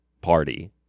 Party